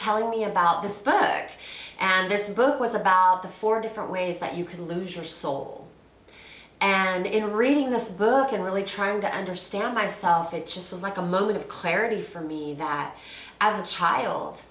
telling me about this book and this book was about the four different ways that you can lose your soul and in reading this book and really trying to understand myself it just feels like a moment of clarity for me that as a child